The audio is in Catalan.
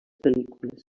pel·lícules